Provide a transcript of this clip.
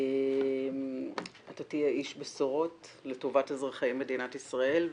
אתה תהיה איש בשורות לטובת אזרחי מדינת ישראל.